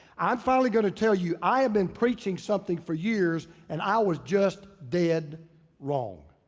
i'm finally gonna tell you, i have been preaching something for years. and i was just dead wrong.